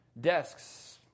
desks